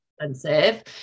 Expensive